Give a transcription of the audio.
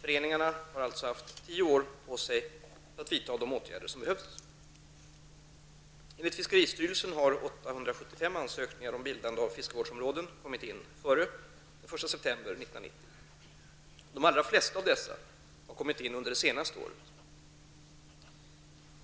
Föreningarna har alltså haft tio år på sig för att vidta de åtgärder som behövs. Enligt fiskeristyrelsen har 875 ansökningar om bildande av fiskevårdsområden kommit in före den 1 september 1990. De allra flesta av dessa har kommit in under det senaste året.